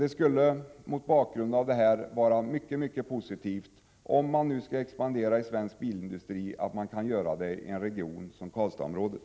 Det skulle mot bakgrund av detta vara mycket värdefullt att man, om man skall expandera inom bilindustrin, kan göra det inom en region som Karlstadsområdet.